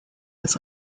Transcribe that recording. des